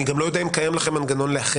אני גם לא יודע אם קיים לכם מנגנון לאחד